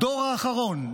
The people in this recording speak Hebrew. בדור האחרון,